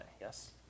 yes